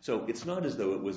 so it's not as though it was an